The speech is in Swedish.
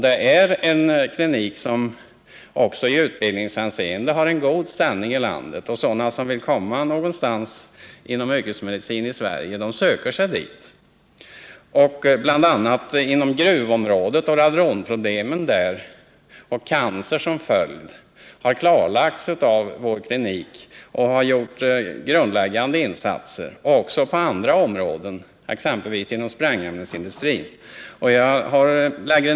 Denna klinik har mycket gott anseende utbildningsmässigt i vårt land, och de som önskar komma någonstans inom yrkesmedicinen i Sverige söker sig dit. Bl.a. har kliniken kunnat klarlägga att radongasen inom gruvområdet haft cancer som följd. Kliniken har också på andra områden, exempelvis inom sprängämnesindustrin, kunnat göra grundläggande insatser.